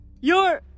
You're-